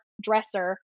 dresser